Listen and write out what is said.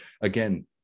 again